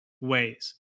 ways